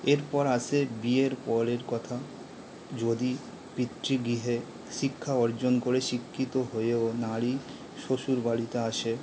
এরপর আসে বিয়ের পরের কথা যদি পিতৃগৃহে শিক্ষা অর্জন করে শিক্ষিত হয়েও নারী শ্বশুরবাড়িতে আসে